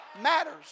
matters